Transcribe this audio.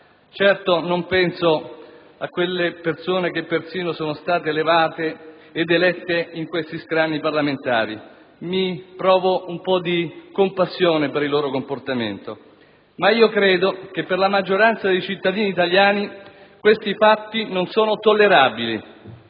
Certo non penso alle persone che persino sono state elette ed elevate a questi scranni parlamentari; provo un po' di compassione per il loro comportamento. Credo però che per la maggioranza dei cittadini questi fatti non sono tollerabili,